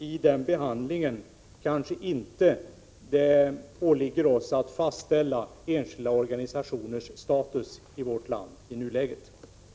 Vid behandlingen kanske det inte åligger oss att fastställa enskilda organisationers status i vårt land i nuläget. I 81